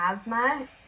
asthma